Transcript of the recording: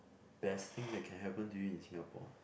best thing that can happen to you in Singapore